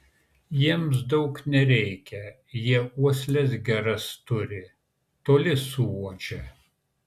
jiems daug nereikia jie uosles geras turi toli suuodžia